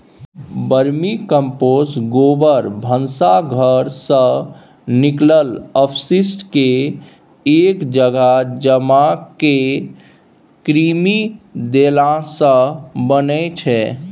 vermicompost गोबर, भनसा घरसँ निकलल अवशिष्टकेँ एक जगह जमा कए कृमि देलासँ बनै छै